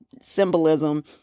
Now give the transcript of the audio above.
symbolism